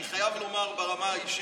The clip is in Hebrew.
אני חייב לומר, ברמה האישית,